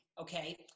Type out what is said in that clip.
okay